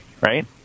right